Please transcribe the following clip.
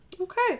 Okay